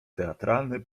teatralny